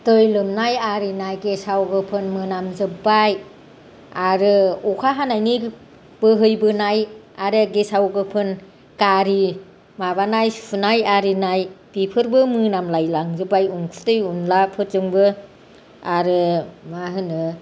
दै लोमनाय आरिनाय गेसाव गोफोन मोनामजोबबाय आरो अखा हानायनि बोहैबोनाय आरो गेसाव गोफोन गारि माबानाय सुनाय आरिनाय बेफोरबो मोनामलाय लांजोबबाय उखुनदै उनला फोरजोंबो आरो मा होनो